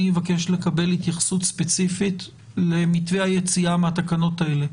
אני אבקש לקבל התייחסות ספציפית למתווה היציאה מהתקנות האלה.